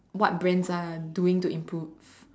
what Brands are doing to improve